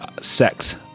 sect